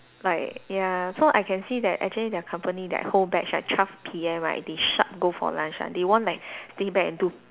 like ya so I can see that actually their company that whole batch right twelve P_M right they sharp go for lunch one they won't like stay back and do